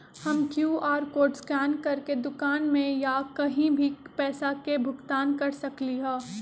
हम QR code scan करके दुकान में या कहीं भी पैसा के भुगतान कर सकली ह?